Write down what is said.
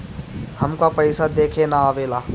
हमका पइसा देखे ना आवेला?